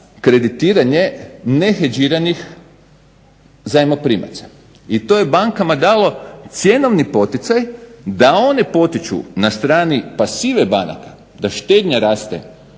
kreditiranje nehedžiranih zajmoprimaca. I to je bankama dalo cjenovni poticaj da oni potiču na strani pasive banaka da štednja raste